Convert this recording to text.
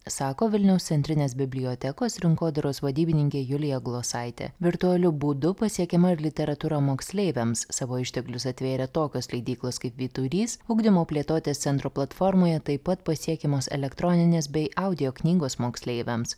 sako vilniaus centrinės bibliotekos rinkodaros vadybininkė julija glosaitė virtualiu būdu pasiekiama ir literatūra moksleiviams savo išteklius atvėrė tokios leidyklos kaip vyturys ugdymo plėtotės centro platformoje taip pat pasiekiamos elektroninės bei audio knygos moksleiviams